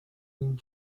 doing